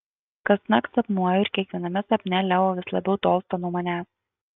kasnakt sapnuoju ir kiekviename sapne leo vis labiau tolsta nuo manęs